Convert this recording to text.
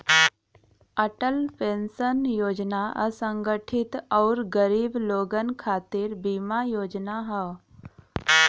Atal pension योजना असंगठित आउर गरीब लोगन खातिर बीमा योजना हौ